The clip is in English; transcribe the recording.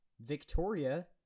Victoria